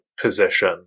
position